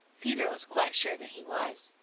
peter was quite sure that he was.